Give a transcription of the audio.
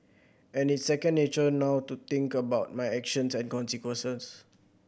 and it's second nature now to think about my actions and consequences